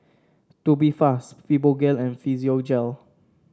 Tubifast Fibogel and Physiogel